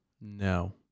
No